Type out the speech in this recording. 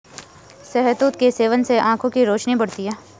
शहतूत के सेवन से आंखों की रोशनी बढ़ती है